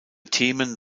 themen